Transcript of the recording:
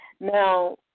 Now